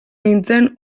nintzen